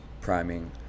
priming